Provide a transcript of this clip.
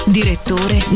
direttore